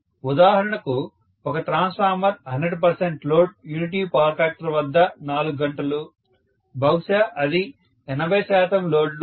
ఉదాహరణకు ఒక transformer 100 load unity power factor వద్ద 4 గంటలు బహుశా అది 80 శాతం లోడ్లో 0